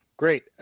Great